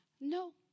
No